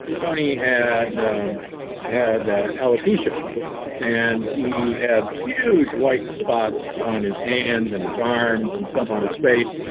tony had um had alopecia and he had huge white spots on his hand in his arms, and some on his face.